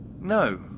No